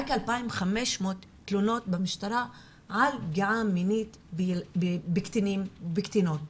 רק 2,500 תלונות במשטרה על פגיעה מינית בקטינים ובקטינות,